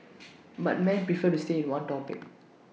but man prefer to stay in one topic